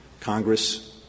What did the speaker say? Congress